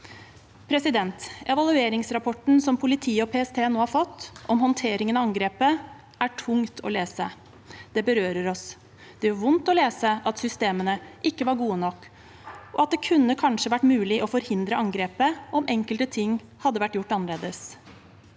framover. Evalueringsrapporten som politiet og PST nå har fått om håndteringen av angrepet, er det tungt å lese. Det berører oss. Det gjør vondt å lese at systemene ikke var gode nok, og at det kanskje kunne vært mulig å forhindre angrepet om enkelte ting hadde vært gjort annerledes.